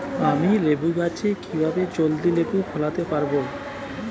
আমি লেবু গাছে কিভাবে জলদি লেবু ফলাতে পরাবো?